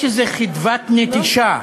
יש איזה חדוות נטישה,